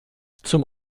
zum